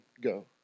go